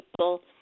people